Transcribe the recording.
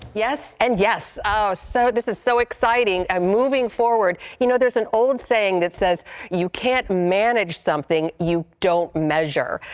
yes and yes ah so so this is so exciting. and moving forward, you know there is an old saying that says you can't manage something you don't measure.